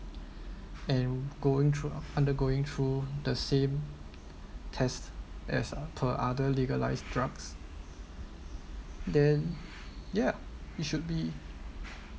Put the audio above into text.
and going through undergoing through the same test as uh per other legalised drugs then ya it should be